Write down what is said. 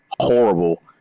horrible